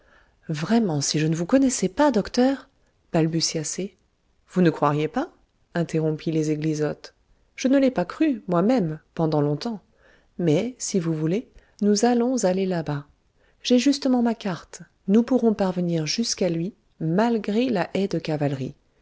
vraiment si je ne vous connaissais pas docteur balbutia c vous ne croiriez pas interrompit les eglisottes je ne l'ai pas cru moi-même pendant longtemps mais si vous voulez nous allons aller là-bas j'ai justement ma carte nous pourrons parvenir jusqu'à lui malgré la haie de cavalerie